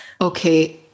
okay